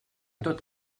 tot